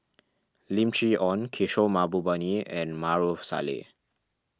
Lim Chee Onn Kishore Mahbubani and Maarof Salleh